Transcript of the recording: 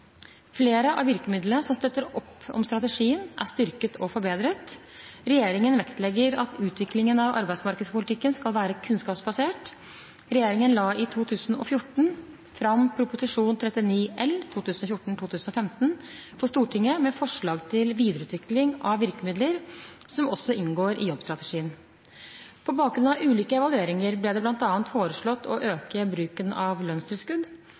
Flere av virkemidlene som støtter opp om strategien, er styrket og forbedret. Regjeringen vektlegger at utviklingen av arbeidsmarkedspolitikken skal være kunnskapsbasert. Regjeringen la i 2014 fram Prop. 39 L for 2014–2015 for Stortinget med forslag til videreutvikling av virkemidler som også inngår i jobbstrategien. På bakgrunn av ulike evalueringer ble det bl.a. foreslått å øke bruken av lønnstilskudd.